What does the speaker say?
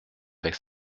avec